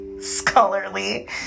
scholarly